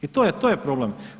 I to je problem.